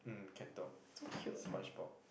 um Cat Dog Spongebob